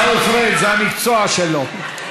פריג', זה המקצוע שלו.